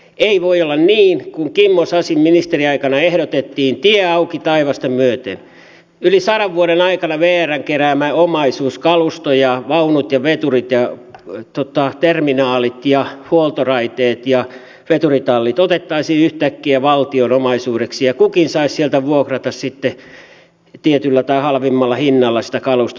ei voi olla niin kuin kimmo sasin ministeriaikana ehdotettiin että tie auki taivasta myöten yli sadan vuoden aikana vrn keräämä omaisuus kalusto vaunut veturit terminaalit huoltoraiteet ja veturitallit otettaisiin yhtäkkiä valtion omaisuudeksi ja kukin saisi sieltä vuokrata sitten tietyllä tai halvimmalla hinnalla sitä kalustoa